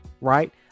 Right